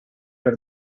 per